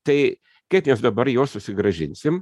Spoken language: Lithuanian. tai kaip juos dabar juos susigrąžinsim